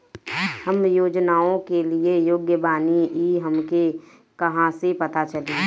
हम योजनाओ के लिए योग्य बानी ई हमके कहाँसे पता चली?